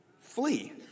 flee